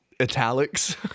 italics